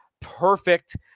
perfect